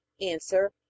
Answer